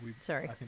Sorry